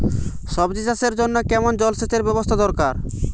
সবজি চাষের জন্য কেমন জলসেচের ব্যাবস্থা দরকার?